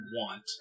want